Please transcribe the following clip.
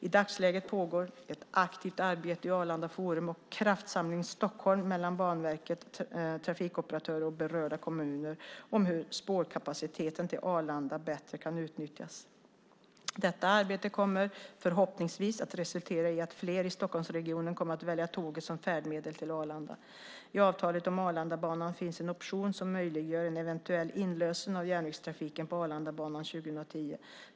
I dagsläget pågår ett aktivt arbete i Arlanda Forum och Kraftsamling Stockholm mellan Banverket, trafikoperatörer och berörda kommuner om hur spårkapaciteten till Arlanda bättre kan utnyttjas. Detta arbete kommer förhoppningsvis att resultera i att fler i Stockholmsregionen väljer tåget som färdmedel till Arlanda. I avtalet om Arlandabanan finns en option som möjliggör en eventuell inlösen av järnvägstrafiken på Arlandabanan 2010.